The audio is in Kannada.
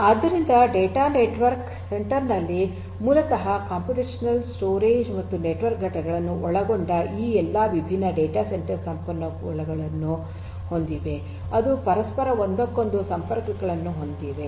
ಆದ್ದರಿಂದ ಡಾಟಾ ಸೆಂಟರ್ ನೆಟ್ವರ್ಕ್ ನಲ್ಲಿ ಮೂಲತಃ ಕಂಪ್ಯೂಟೇಶನಲ್ ಸ್ಟೋರೇಜ್ ಮತ್ತು ನೆಟ್ವರ್ಕ್ ಘಟಕಗಳನ್ನು ಒಳಗೊಂಡ ಈ ಎಲ್ಲಾ ವಿಭಿನ್ನ ಡೇಟಾ ಸೆಂಟರ್ ಸಂಪನ್ಮೂಲಗಳನ್ನು ಹೊಂದಿವೆ ಅವು ಪರಸ್ಪರ ಒಂದಕ್ಕೊಂದು ಸಂಪರ್ಕಗಳನ್ನು ಹೊಂದಿವೆ